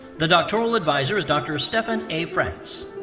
the doctoral advisor is dr. stefan a. france.